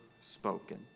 spoken